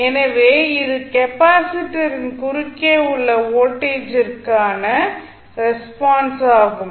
எனவே இது கெப்பாசிட்டரின் குறுக்கே உள்ள வோல்டேஜிற்கான ன ரெஸ்பான்ஸாகும்